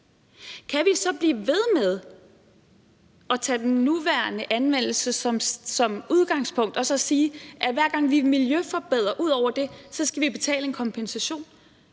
kan vi så blive ved med at tage den nuværende anvendelse som udgangspunkt og så sige, at hver gang vi miljøforbedrer ud over det, så skal vi betale en kompensation?